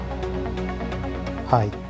hi